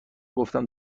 گفتم